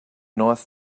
north